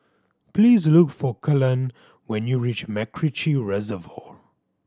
please look for Kelan when you reach MacRitchie Reservoir